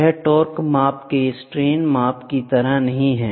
यह टार्क माप के स्ट्रेन माप की तरह नहीं है